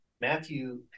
Matthew